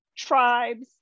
tribes